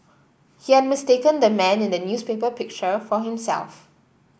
he had mistaken the man in the newspaper picture for himself